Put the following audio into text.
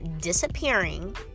disappearing